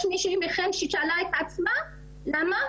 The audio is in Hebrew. יש מישהי מכן ששאלה את עצמה למה?